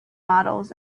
models